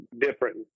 different